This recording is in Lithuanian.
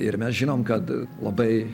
ir mes žinom kad labai